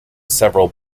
several